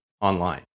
online